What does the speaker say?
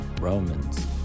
Romans